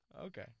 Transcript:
Okay